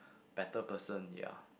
better person ya